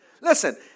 Listen